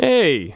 Hey